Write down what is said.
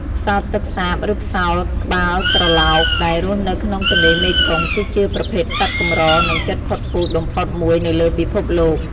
ផ្សោតទឹកសាប ឬផ្សោតក្បាលត្រឡោក ដែលរស់នៅក្នុងទន្លេមេគង្គ គឺជាប្រភេទសត្វកម្រ និងជិតផុតពូជបំផុតមួយនៅលើពិភពលោក។